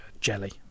jelly